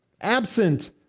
absent